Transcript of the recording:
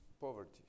poverty